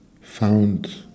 found